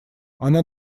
она